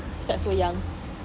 he's like so young